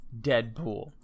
Deadpool